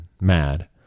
mad